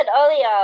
earlier